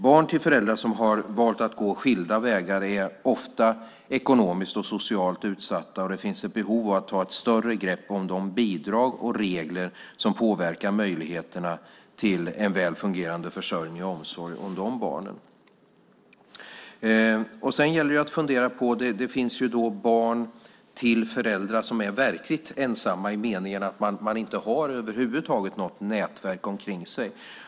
Barn till föräldrar som har valt att gå skilda vägar är ofta ekonomiskt och socialt utsatta, och det finns ett behov av att ta ett större grepp om de bidrag och regler som påverkar möjligheterna till en väl fungerande försörjning av och omsorg om dessa barn. Sedan gäller det att fundera: Det finns barn till föräldrar som är verkligt ensamma i meningen att de över huvud taget inte har något nätverk omkring sig.